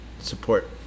Support